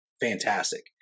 fantastic